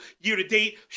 year-to-date